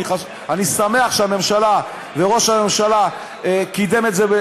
אני שמח שהממשלה וראש הממשלה קידמו את זה,